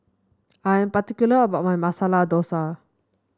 I am particular about my Masala Dosa